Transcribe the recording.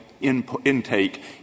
intake